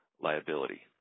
liability